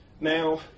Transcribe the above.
Now